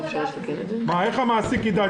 איך המעסיק יידע?